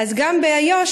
אז גם באיו"ש,